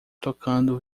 tocando